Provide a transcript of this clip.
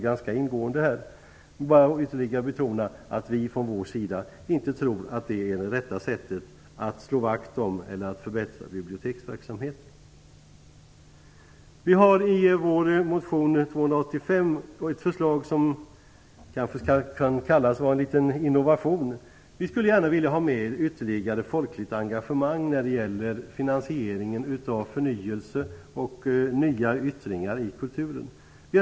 Jag vill bara betona att vi inte tror att det är rätta sättet att slå vakt om eller att förbättra biblioteksverksamheten. I motion 285 har vi ett förslag som kanske kan sägas vara en liten innovation. Vi skulle nämligen vilja ha ytterligare folkligt engagemang när det gäller finansieringen av förnyelse och nya yttringar i kulturen.